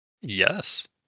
Yes